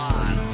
on